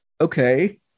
okay